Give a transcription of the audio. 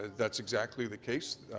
ah that's exactly the case.